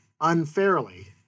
unfairly